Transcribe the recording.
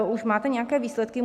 Už máte nějaké výsledky?